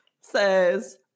says